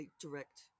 direct